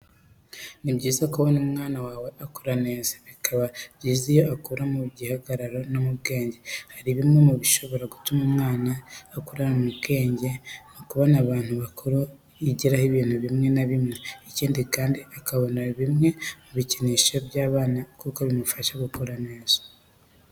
Ni byiza kubona umwana wawe akura neza, bikaba byiza iyo akura mu gihagararo no mu bwenge. Hari bimwe mu bishobora gutuma umwana akura neza mu bwenge, nuko abona abantu bakuru yigiraho ibintu bimwe na bimwe, ikindi kandi akabona bimwe mu bikinisho by'abana kuko bimufasha kuruhuka no gukina.